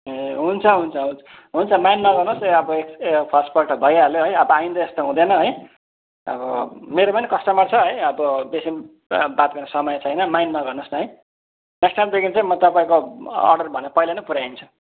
ए हुन्छ हुन्छ हुन्छ हुन्छ माइन्ड नगर्नुहोस् ए अब ए फस्टपल्ट भइहाल्यो है अब आइन्दा यस्तो हुँदैन है अब मेरोमा नि कस्टमर छ है अब बेसी बा बात गर्ने समय छैन माइन्ड नगर्नुहोस् न है लास्ट टाइमदेखिन् चाहिँ म तपाईँको अर्डर भने पहिला नै पुऱ्याइदिन्छु